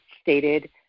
stated